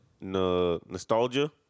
Nostalgia